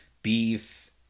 Beef